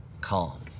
calm